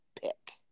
pick